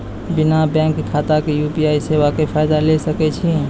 बिना बैंक खाताक यु.पी.आई सेवाक फायदा ले सकै छी?